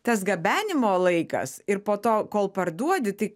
tas gabenimo laikas ir po to kol parduodi tai